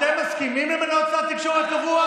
אתם מסכימים למנות שר תקשורת קבוע?